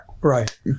Right